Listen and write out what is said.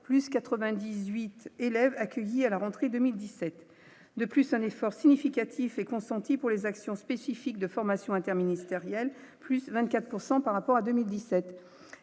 plus 98 élèves accueillis à la rentrée 2017 de plus un effort significatif est consenti pour les actions spécifiques de formation interministérielle plus 24 pourcent par rapport à 2017